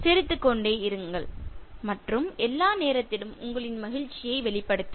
சிரித்துக் கொண்டே இருங்கள் எல்லா நேரத்திலும் உங்களின் மகிழ்ச்சியை வெளிப்படுத்துங்கள்